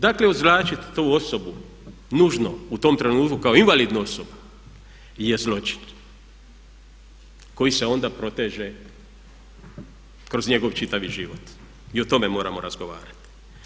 Dakle, označiti tu osobu nužno u tom trenutku kao invalidnu osobu je zločin koji se onda proteže kroz njegov čitavi život i o tome moramo razgovarati.